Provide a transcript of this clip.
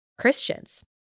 Christians